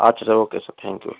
আচ্ছা okay sir thank you